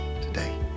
today